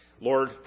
Lord